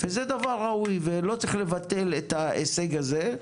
וזה דבר ראוי, ולא צריך לבטל את ההישג הזה.